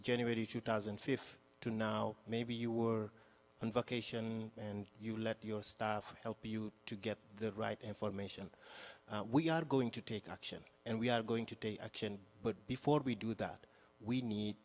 january two thousand and five to now maybe you were on vacation and you let your staff help you to get the right information we are going to take action and we are going to take action but before we do that we need